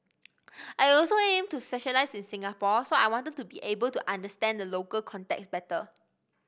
I also aim to specialise in Singapore so I wanted to be able to understand the local context better